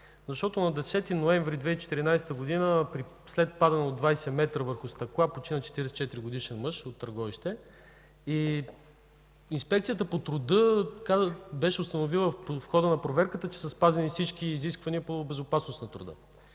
Защото на 10 ноември 2014 г., след падане от 20 метра върху стъкла почина 44-годишен мъж от Търговище и Инспекцията по труда беше установила в хода на проверката, че са спазени всички изисквания по безопасност на труда.